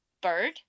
bird